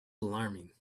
alarming